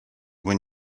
when